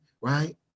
right